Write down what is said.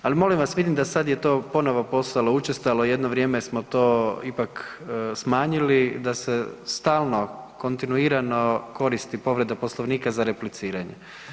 Al molim vas, vidim da sad je to ponovo postalo učestalo, jedno vrijeme smo to ipak smanjili da se stalno kontinuirano koristi povreda Poslovnika za repliciranje.